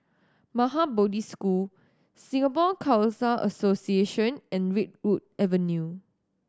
Maha Bodhi School Singapore Khalsa Association and Redwood Avenue